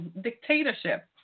dictatorship